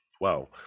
wow